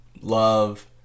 love